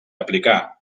aplicar